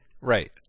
Right